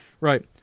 Right